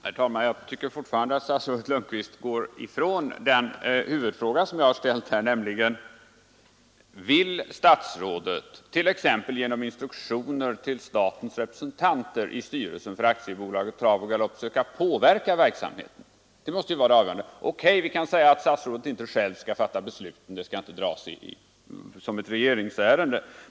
Herr talman! Jag tycker fortfarande att statsrådet går ifrån den huvudfråga jag har ställt, nämligen: Vill statsrådet, t.ex. genom instruktioner till statens representanter i styrelsen för Aktiebolaget Trav och galopp, försöka påverka verksamheten? Det måste vara avgörande. Statsrådet säger att han inte själv skall fatta besluten, att ärendet inte skall dras som ett regeringsärende — OK!